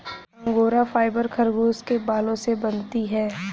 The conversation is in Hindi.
अंगोरा फाइबर खरगोश के बालों से बनती है